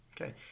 Okay